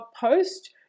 post